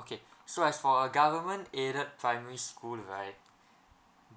okay so as for a government aided primary school right